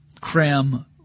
cram